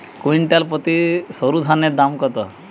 Quintal প্রতি সরুধানের দাম কত?